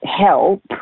help